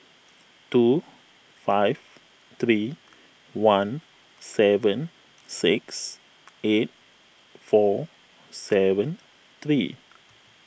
two five three one seven six eight four seven three